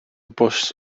bws